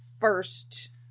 first